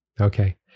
Okay